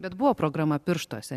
bet buvo programa pirštuose